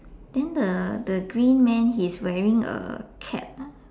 then the the green man he's wearing a cap ah